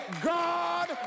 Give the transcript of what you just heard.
God